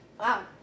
Wow